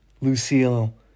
Lucille